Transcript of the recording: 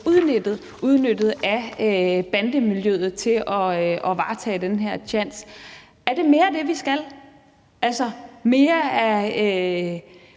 udnyttet af bandemiljøet til at varetage den her tjans. Er det mere af det, vi skal gøre i